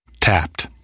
Tapped